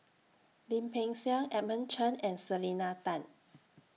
Lim Peng Siang Edmund Chen and Selena Tan